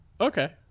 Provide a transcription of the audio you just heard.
Okay